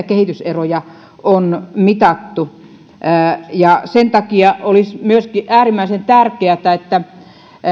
kehityseroja on mitattu sen takia olisi myöskin äärimmäisen tärkeätä että